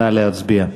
נא להצביע.